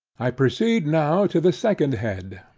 i proceed now to the second head,